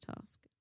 task